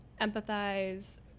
empathize